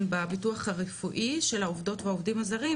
בביטוח הרפואי של העובדות והעובדים הזרים,